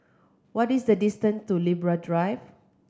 what is the distance to Libra Drive